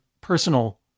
personal